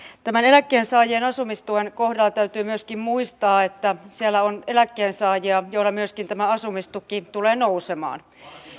tämän eläkkeensaajien asumistuen kohdalla täytyy muistaa että siellä on myöskin eläkkeensaajia joilla tämä asumistuki tulee nousemaan